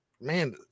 man